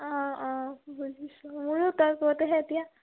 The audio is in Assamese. অঁ অঁ বুজিছোঁ মোৰো তই কওঁতেহে এতিয়া